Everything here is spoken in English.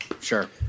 sure